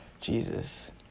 Jesus